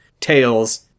tails